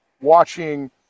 watching